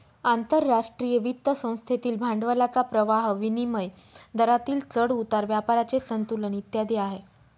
आंतरराष्ट्रीय वित्त संस्थेतील भांडवलाचा प्रवाह, विनिमय दरातील चढ उतार, व्यापाराचे संतुलन इत्यादी आहे